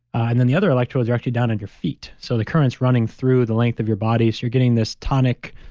and then the other electrodes are actually down under and your feet. so the current's running through the length of your body. so you're getting this tonic,